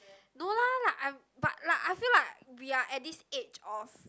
no lah like I'm but like I feel like we are at this age of